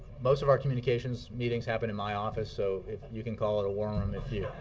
most of our communications meetings happen in my office so you can call it a war room if you